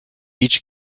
each